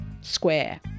square